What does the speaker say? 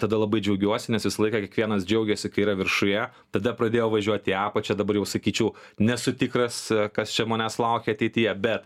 tada labai džiaugiuosi nes visą laiką kiekvienas džiaugiasi kai yra viršuje tada pradėjau važiuot į apačią dabar jau sakyčiau nesu tikras kas čia manęs laukia ateityje bet